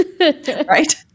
Right